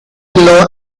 law